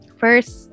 first